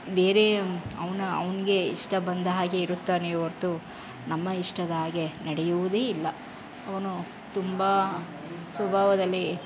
ಬೇರೆ ಅವನ ಅವ್ನಿಗೆ ಇಷ್ಟ ಬಂದ ಹಾಗೆ ಇರುತ್ತಾನೆ ಹೊರ್ತು ನಮ್ಮ ಇಷ್ಟದ ಹಾಗೆ ನಡೆಯುವುದೇ ಇಲ್ಲ ಅವನು ತುಂಬ ಸ್ವಭಾವದಲ್ಲಿ